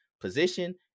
position